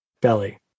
belly